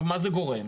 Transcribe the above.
למה זה גורם?